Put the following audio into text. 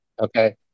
Okay